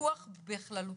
פיקוח בכללותו.